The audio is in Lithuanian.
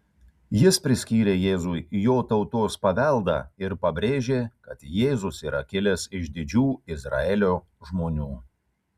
jis priskyrė jėzui jo tautos paveldą ir pabrėžė kad jėzus yra kilęs iš didžių izraelio žmonių